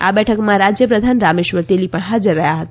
આ બેઠકમાં રાજ્ય પ્રધાન રામેશ્વર તેલી પણ હાજર રહ્યા હતા